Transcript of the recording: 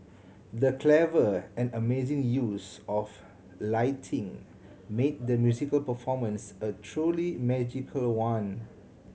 the clever and amazing use of lighting made the musical performance a truly magical one